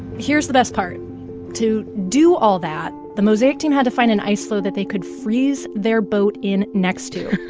here's the best part to do all that, the mosaic team had to find an ice floe that they could freeze their boat in next to.